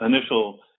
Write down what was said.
initial